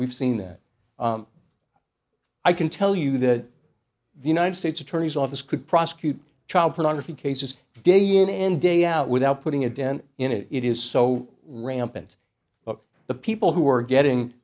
we've seen that i can tell you that the united states attorney's office could prosecute child pornography cases day in and day out without putting a dent in it it is so rampant but the people who are getting